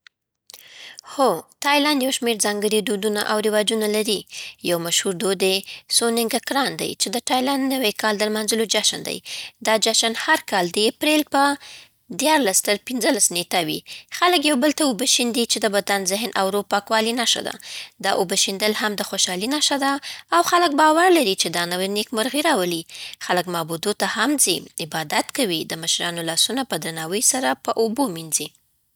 هو، تایلند یو شمېر ځانګړي دودونه او رواجونه لري. یو مشهور دود یې سونګکران دی، چې د تایلند نوي کال د لمانځلو جشن دی. دا جشن هر کال د اپرېل په دیارلس تر پنځلس نېټه وي. خلک یو بل ته اوبه شېندي، چې د بدن، ذهن او روح پاکوالي نښه ده. دا اوبو شیندل هم د خوشحالۍ نښه ده، او خلک باور لري چې دا نوې نیکمرغي راولي. خلک معبودو ته هم ځي، عبادت کوي، او مشرانو لاسونه په درناوي سره په اوبو مینځی.